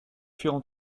furent